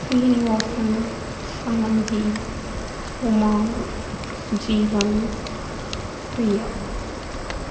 Srinivasan Shanthi Uma Jeevan Riya